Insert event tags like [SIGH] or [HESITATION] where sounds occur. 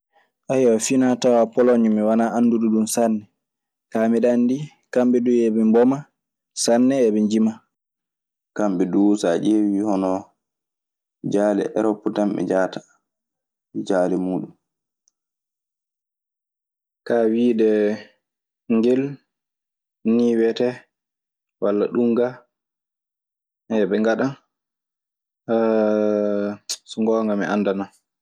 Ayyo finatawa polonŋe mi wana andu ɗo dun sanne, ka miɗo andi kamɓe dun heeɓe ɓoma sanne heeɓe jima. Kamɓe duu so a ƴeewii hono jaale Erop tan ɓe njahata, jaale muuɗun. Kaa wiide ngel nii wiyetee walla ɗunga [HESITATION] ɓe ngaɗan. [HESITATION] So ngoonga mi anndanaa.